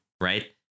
Right